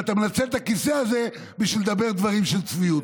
ואתה מנצל את הכיסא הזה בשביל לדבר דברים של צביעות.